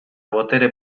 botere